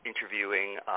interviewing